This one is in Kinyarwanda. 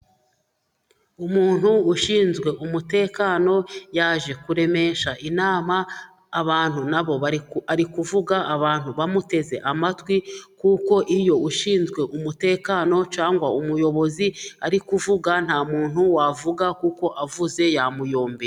Umuntu ushinzwe umutekano yaje kuremesha inama, abantu nabo ari kuvuga abantu bamuteze amatwi kuko iyo ushinzwe umutekano cyangwa umuyobozi ari kuvuga nta muntu wavuga kuko avuze yamuyombe...